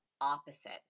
opposite